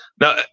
now